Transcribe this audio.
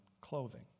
clothing